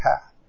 path